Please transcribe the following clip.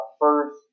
First